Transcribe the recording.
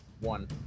one